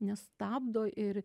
nestabdo ir